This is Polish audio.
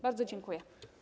Bardzo dziękuję.